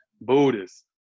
Buddhist